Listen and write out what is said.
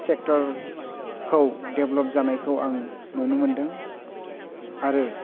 सेक्ट'रखौ develop जानायखौ आं नुनो मोनदों आरो